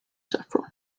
saffron